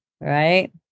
right